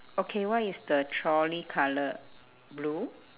okay what is the trolley colour blue